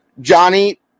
Johnny